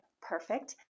perfect